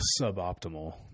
suboptimal